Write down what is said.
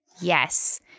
Yes